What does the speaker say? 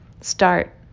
Start